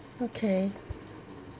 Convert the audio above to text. okay